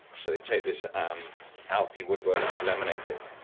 so they take this amalfi woodwork and they laminate it,